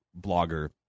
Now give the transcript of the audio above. blogger